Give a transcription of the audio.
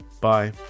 Bye